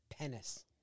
Penis